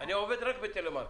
עובד רק בטלמרקטינג,